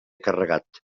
carregat